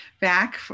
back